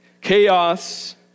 chaos